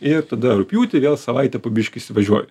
ir tada rugpjūtį vėl savaitę po biškį įsivažiuoju